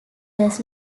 does